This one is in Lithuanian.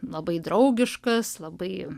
labai draugiškas labai